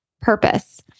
purpose